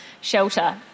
shelter